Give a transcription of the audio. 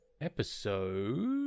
episode